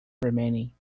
remaining